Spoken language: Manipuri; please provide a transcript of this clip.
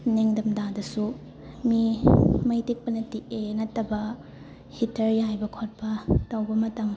ꯅꯤꯡꯊꯝꯊꯥꯗꯁꯨ ꯃꯤ ꯃꯩ ꯇꯤꯛꯄꯅ ꯇꯤꯛꯑꯦ ꯅꯠꯇꯕ ꯍꯤꯠꯇꯔ ꯌꯥꯏꯕ ꯈꯣꯠꯄ ꯇꯧꯕ ꯃꯇꯝ